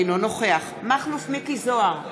אינו נוכח מכלוף מיקי זוהר,